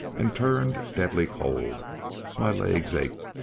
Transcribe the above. and turned deadly cold my legs ached,